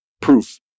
proof